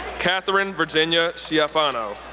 katherine virginia schiaffino,